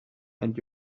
and